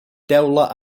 teula